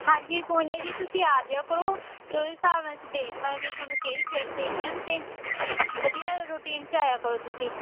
ਹਾਂਜੀ ਕੋਈ ਨਾ ਜੀ ਤੁਸੀਂ ਆ ਜਾਇਆ ਕਰੋ ਅਤੇ ਉਹਦੇ ਹਿਸਾਬ ਨਾਲ ਅਸੀਂ ਦੇਖਲਾਂਗੇ ਵੀ ਤੁਹਾਨੂੰ ਕਿਹੜੀ ਖੇਡ ਦੇਣੀ ਆ ਤਾਂ ਵਧੀਆ ਰੁਟੀਨ 'ਚ ਆਇਆ ਕਰੋ ਤੁਸੀਂ